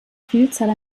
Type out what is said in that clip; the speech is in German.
vielzahl